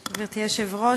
גברתי היושבת-ראש,